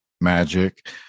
magic